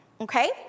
okay